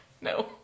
No